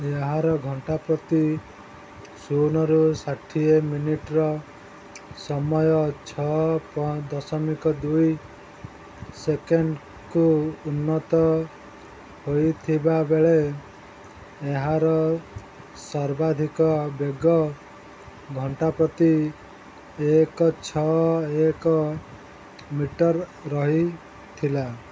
ଏହାର ଘଣ୍ଟା ପ୍ରତି ଶୂନରୁ ଷାଠିଏ ମିନିଟର ସମୟ ଛଅ ଦଶମିକ ଦୁଇ ସେକେଣ୍ଡକୁ ଉନ୍ନତ ହୋଇଥିବା ବେଳେ ଏହାର ସର୍ବାଧିକ ବେଗ ଘଣ୍ଟା ପ୍ରତି ଏକ ଛଅ ଏକ ମିଟର ରହିଥିଲା